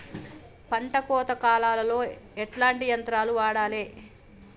పంట కోత కాలాల్లో ఎట్లాంటి యంత్రాలు వాడాలే?